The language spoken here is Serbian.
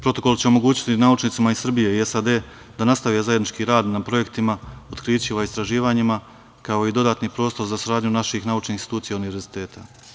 Protokol će omogućiti naučnicima iz Srbije i SAD da nastave zajednički rad na projektima, otkrićima, istraživanjima, kao i dodatni prostor za saradnju naših naučnih institucija i univerziteta.